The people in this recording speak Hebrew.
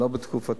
לא בתקופתי.